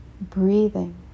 breathing